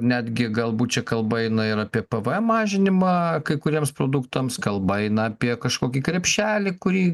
netgi galbūt čia kalba eina ir apie pvm mažinimą kai kuriems produktams kalba eina apie kažkokį krepšelį kurį